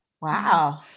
Wow